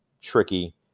tricky